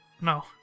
No